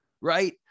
right